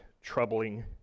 troubling